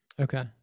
Okay